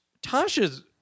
Tasha's